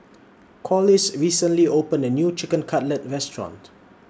Corliss recently opened A New Chicken Cutlet Restaurant